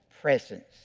presence